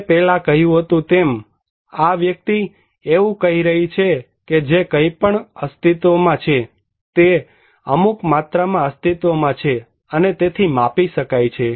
મેં પહેલાં કહ્યું હતું તેમ આ વ્યક્તિ એવું કહી રહી છે કે જે કંઈ પણ અસ્તિત્વમાં છે તે અમુક માત્રામાં અસ્તિત્વમાં છે અને તેથી માપી શકાય છે